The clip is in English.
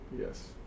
Yes